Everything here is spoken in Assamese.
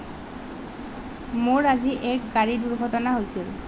মোৰ আজি এক গাড়ী দুৰ্ঘটনা হৈছিল